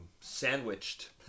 sandwiched